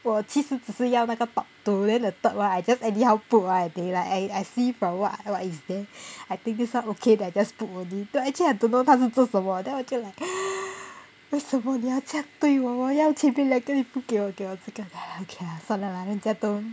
我其实只是要那个 top two then the third one I just anyhow put [one] I think lah I see from what what is there I think this one okay then I just put only so actually I don't know 他们在做什么 so like 为什么你要这样对我我要前面两个你不给我给我这个 okay lah 算了吧人家都